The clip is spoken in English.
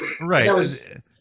right